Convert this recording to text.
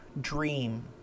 dream